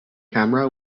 camera